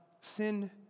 sin